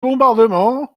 bombardement